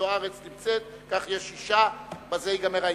זוארץ נמצאת, כך יש שישה, בזה ייגמר העניין.